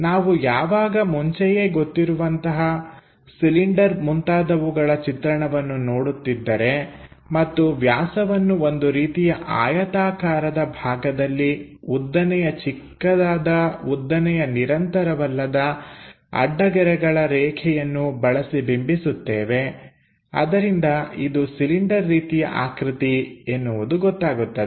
ನಾವು ಯಾವಾಗ ಮುಂಚೆಯೇ ಗೊತ್ತಿರುವಂತಹ ಸಿಲಿಂಡರ್ ಮುಂತಾದವುಗಳ ಚಿತ್ರಣವನ್ನು ನೋಡುತ್ತಿದ್ದರೆ ಮತ್ತು ವ್ಯಾಸವನ್ನು ಒಂದು ರೀತಿಯ ಆಯತಾಕಾರದ ಭಾಗದಲ್ಲಿ ಉದ್ದನೆಯ ಚಿಕ್ಕದಾದ ಉದ್ದನೆಯ ನಿರಂತರವಲ್ಲದ ಅಡ್ಡ ಗೆರೆಗಳ ರೇಖೆಯನ್ನು ಬಳಸಿ ಬಿಂಬಿಸುತ್ತೇವೆ ಅದರಿಂದ ಇದು ಸಿಲಿಂಡರ್ ರೀತಿಯ ಆಕೃತಿ ಎನ್ನುವುದು ಗೊತ್ತಾಗುತ್ತದೆ